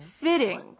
fitting